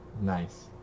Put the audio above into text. Nice